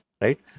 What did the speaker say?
right